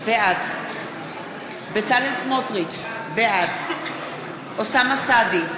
בעד בצלאל סמוטריץ, בעד אוסאמה סעדי,